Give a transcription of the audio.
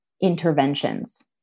interventions